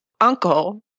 uncle